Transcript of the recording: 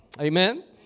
Amen